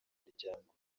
muryango